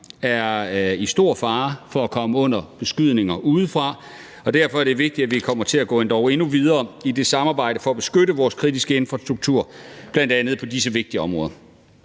er i stor fare for at komme under beskydning udefra, og derfor er det vigtigt, at vi kommer til at gå endog endnu videre i det samarbejde for at beskytte vores kritiske infrastruktur, bl.a. på disse vigtige områder.